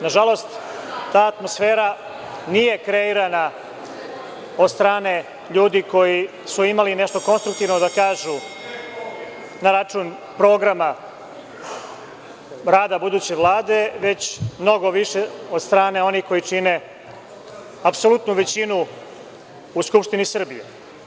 Nažalost, ta atmosfera nije kreirana od strane ljudi koji su imali nešto konstruktivno da kažu na račun programa rada buduće Vlade, već mnogo više od strane onih koji čine apsolutnu većinu u Skupštini Srbije.